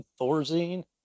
Thorazine